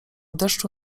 deszczu